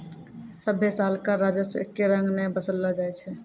सभ्भे साल कर राजस्व एक्के रंग नै वसूललो जाय छै